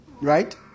right